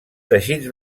teixits